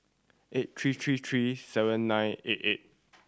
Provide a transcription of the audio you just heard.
eight three three three seven nine eight eight